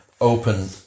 open